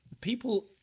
people